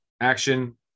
action